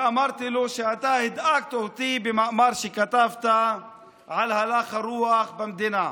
ואמרתי לו: אתה הדאגת אותי במאמר שכתבת על הלך הרוח במדינה.